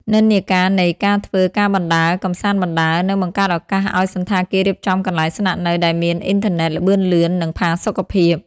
និន្នាការនៃ "ការធ្វើការបណ្តើរ កម្សាន្តបណ្តើរ" នឹងបង្កើតឱកាសឱ្យសណ្ឋាគាររៀបចំកន្លែងស្នាក់នៅដែលមានអ៊ីនធឺណិតល្បឿនលឿន និងផាសុកភាព។